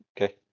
okay